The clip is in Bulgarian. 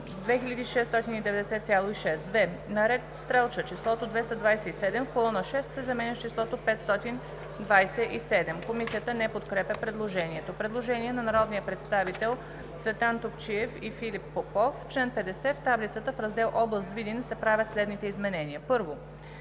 „2690,6“. 2. на ред Стрелча числото „227,0“ в колона 6 се заменя с числото „527,0“.“ Комисията не подкрепя предложението. Предложение на народните представители Цветан Топчиев и Филип Попов: „В чл. 50 в таблицата, в раздел област Видин се правят следните изменения: 1.